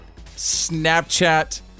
Snapchat